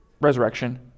resurrection